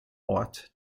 ort